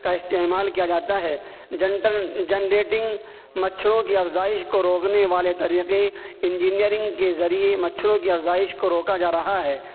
کا استعمال کیا جاتا ہے جنٹرن جنریٹنگ مچھروں کی افزائش کو روکنے والے طریقے انجنیئرنگ کے ذریعے مچھروں کی افزائش کو روکا جا رہا ہے